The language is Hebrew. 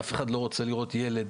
אף אחד לא רוצה לראות ילד